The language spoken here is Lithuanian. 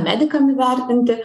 medikam įvertinti